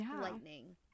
lightning